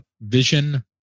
Vision